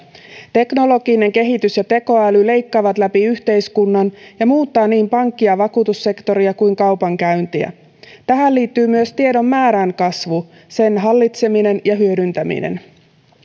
teknologinen kehitys ja tekoäly leikkaavat läpi yhteiskunnan ja muuttavat niin pankki ja vakuutussektoria kuin kaupankäyntiä tähän liittyy myös tiedon määrän kasvu sen hallitseminen ja hyödyntäminen